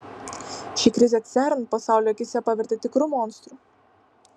ši krizė cern pasaulio akyse pavertė tikru monstru